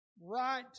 right